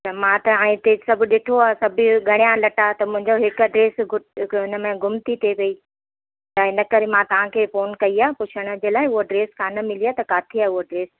त मां त हाणे हिते सभु ॾिठो आहे सभु ॻणियां लटा त मुंहिंजो हिक ड्रेस गु हिक हुन में गुम थी थिए पेई त इनकरे मां तव्हांखे फ़ोन कई आहे पुछण जे लाइ उहा ड्रेस कान मिली आहे त किथे आहे उहा ड्रेस